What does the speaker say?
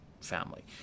family